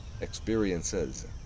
experiences